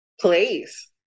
place